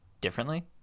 differently